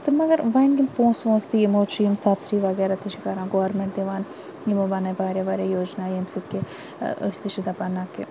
تہٕ مگر وۄنۍ یِم پونٛسہٕ وونٛسہٕ تہِ یِمو چھِ یِم سَبسِڈی وغیرہ تہِ چھِ کَران گورمینٹ دِوان یِمو بَنایہِ واریاہ واریاہ یوجنایہِ ییٚمہِ سۭتۍ کہِ أسۍ تہِ چھِ دَپان نہَ کہِ